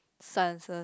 silences